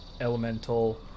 elemental